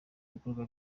ibikorwa